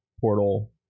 portal